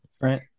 Right